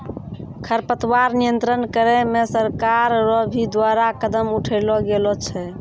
खरपतवार नियंत्रण करे मे सरकार रो भी द्वारा कदम उठैलो गेलो छै